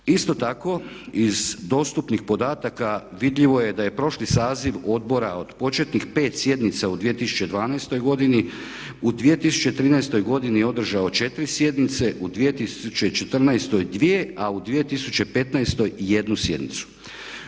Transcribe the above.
Isto tako iz dostupnih podataka vidljivo je da je prošli saziv odbora od početnih 5 sjednica u 2012. godini u 2013. godini održao 4 sjednice, u 2014. 2 a u 2015. 1 sjednicu.